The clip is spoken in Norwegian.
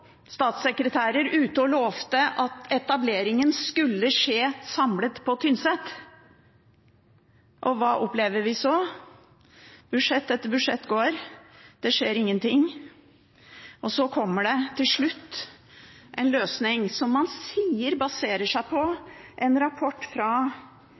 statssekretærer ute og lovte at etableringen skulle skje samlet på Tynset. Hva opplever vi så? Budsjett etter budsjett går. Det skjer ingen ting, og så kommer det til slutt en løsning som man sier er basert på en rapport fra